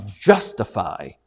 justify